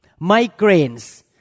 migraines